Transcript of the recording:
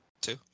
two